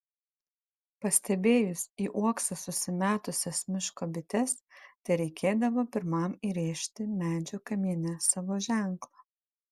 pastebėjus į uoksą susimetusias miško bites tereikėdavo pirmam įrėžti medžio kamiene savo ženklą